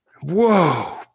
Whoa